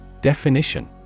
Definition